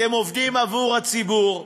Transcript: אתם עובדים עבור הציבור,